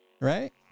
right